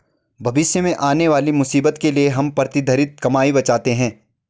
भविष्य में आने वाली मुसीबत के लिए हम प्रतिधरित कमाई बचाते हैं